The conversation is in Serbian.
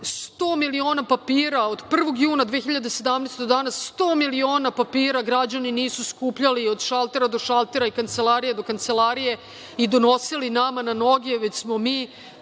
100 miliona papira od 1. juna 2017. godine građani nisu skupljali od šaltera do šaltera i od kancelarije do kancelarije i donosili nama na noge, već smo mi